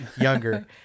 younger